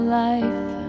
life